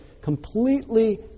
completely